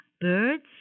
birds